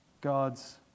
God's